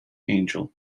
angel